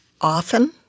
often